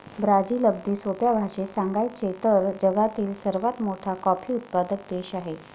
Brazil, अगदी सोप्या भाषेत सांगायचे तर, जगातील सर्वात मोठा कॉफी उत्पादक देश आहे